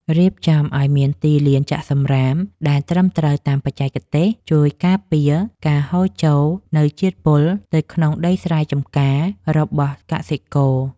រៀបចំឱ្យមានទីលានចាក់សំរាមដែលត្រឹមត្រូវតាមបច្ចេកទេសជួយការពារការហូរចូលនូវជាតិពុលទៅក្នុងដីស្រែចម្ការរបស់កសិករ។